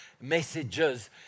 messages